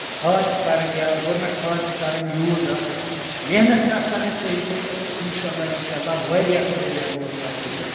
کھاد چھِ کرٕنۍ یا گوٚرمینٹ کھاد چھِ کرٕنۍ یوٗز اَتھ محنت چھِ اتھ کرٕنۍ اَتھ صٮحیح صٮحیح اور اِنشاہ اللہ اِنشاہ اللہ واریاہ فٲیدٕ ہٮ۪کو أسۍ اَتھ تُلِتھ